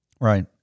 Right